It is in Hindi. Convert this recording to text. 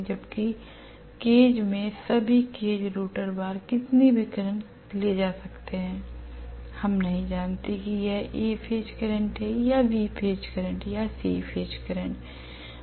जबकि केज में सभी केज रोटर बार कितनी भी करंट ले जा सकता है lहम नहीं जानते कि यह A फेज करंट है या B फेज करंट है या C फेज करंट है